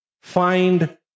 find